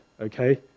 okay